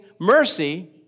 mercy